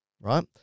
right